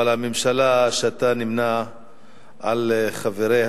אבל הממשלה שאתה נמנה עם חבריה